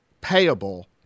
payable